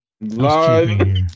Live